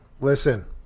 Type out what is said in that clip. listen